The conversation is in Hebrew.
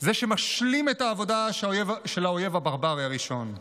זה שמשלים את העבודה של האויב הברברי הראשון,